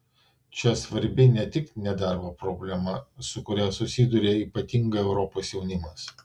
čia svarbi ne tik nedarbo problema su kuria susiduria ypatingai europos jaunimas